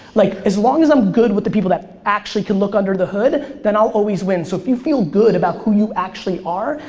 like, as long as i'm good with the people that actually can look under the hood, then i'll always win. so if you feel good about who you actually are,